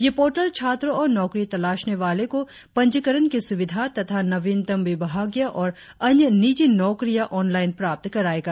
ये पोर्टल छात्रो और नौकरी तलाशने वाले को पंजीकरण की सुविधा तथा नवीनतम विभागीय और अन्य निजी नौकरियां आँनलाइन प्राप्त कराएगा